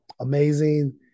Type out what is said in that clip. amazing